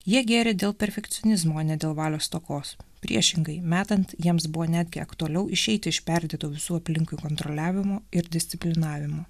jie gėrė dėl perfekcionizmo ne dėl valios stokos priešingai metant jiems buvo netgi aktualiau išeiti iš perdėto visų aplinkui kontroliavimo ir disciplinavimo